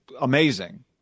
amazing